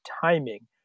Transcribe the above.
timing